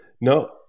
No